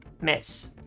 Miss